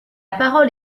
parole